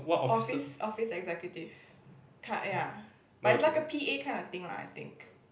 office office-executive ta~ ya but it's like a p_a kind of thing lah I think